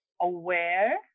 Aware